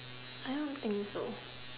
I don't think so